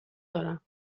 دارم